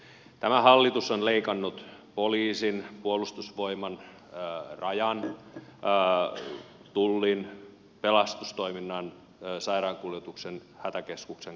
tämä hallitus on leikannut poliisin puolustusvoimien rajan tullin pelastustoiminnan sairaankuljetuksen hätäkeskuksen kaikkien toimintaedellytyksiä